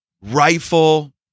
rifle